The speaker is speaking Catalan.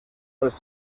les